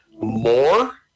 more